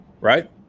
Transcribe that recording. Right